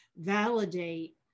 validate